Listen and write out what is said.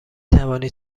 توانی